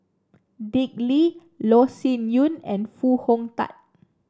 Dick Lee Loh Sin Yun and Foo Hong Tatt